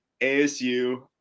ASU